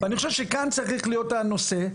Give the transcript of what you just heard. אני חושב שכאן צריך להיות הנושא,